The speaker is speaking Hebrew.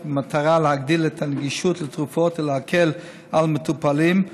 במטרה להגדיל את הנגישות לתרופות ולהקל על מטופלים,